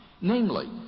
namely